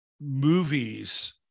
movies